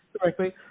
correctly